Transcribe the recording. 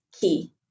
key